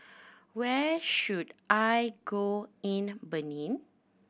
where should I go in Benin